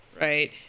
right